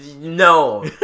No